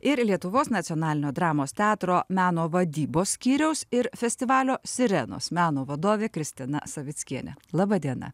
ir lietuvos nacionalinio dramos teatro meno vadybos skyriaus ir festivalio sirenos meno vadovė kristina savickienė laba diena